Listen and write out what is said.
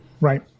Right